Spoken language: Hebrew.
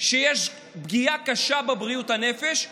שיש פגיעה קשה בבריאות הנפש,